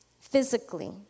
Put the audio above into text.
physically